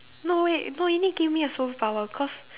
no wait no you need give me a superpower cause